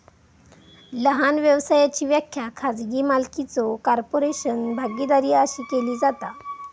लहान व्यवसायाची व्याख्या खाजगी मालकीचो कॉर्पोरेशन, भागीदारी अशी केली जाता